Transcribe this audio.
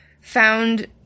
found